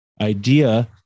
idea